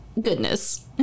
Goodness